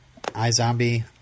izombie